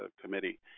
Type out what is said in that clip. committee